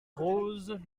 rose